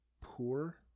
poor